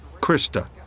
Krista